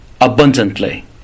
abundantly